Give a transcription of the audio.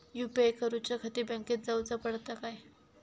UPI करूच्याखाती बँकेत जाऊचा पडता काय?